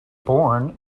born